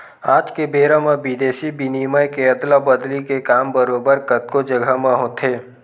आज के बेरा म बिदेसी बिनिमय के अदला बदली के काम बरोबर कतको जघा म होथे